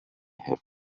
have